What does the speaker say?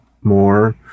more